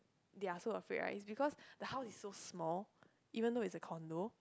they are so afraid right is because the house is so small even though it's a condo